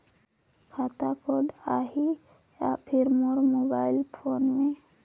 खाता कोड आही या फिर मोर मोबाइल फोन मे?